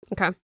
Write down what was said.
Okay